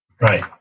Right